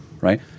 right